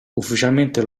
ufficialmente